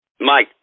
mike